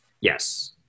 Yes